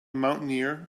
mountaineer